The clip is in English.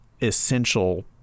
essential